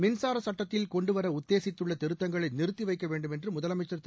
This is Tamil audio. மின்சார சட்டத்தில் கொண்டுவர உத்தேசித்துள்ள திருத்தங்களை நிறுத்திவைக்க வேண்டும் என்று முதலமைச்சர் திரு